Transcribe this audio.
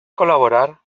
col·laborar